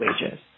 wages